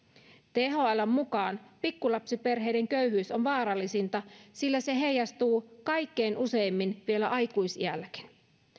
thln mukaan pikkulapsiperheiden köyhyys on vaarallisinta sillä se heijastuu kaikkein useimmin vielä aikuisiälläkin